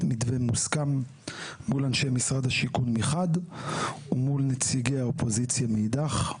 מתווה מוסכם מול אנשי משרד השיכון מחד ומול נציגי האופוזיציה מאידך.